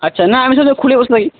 আচ্ছা না আমি শুধু খুলে বসে থাকি